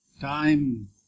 time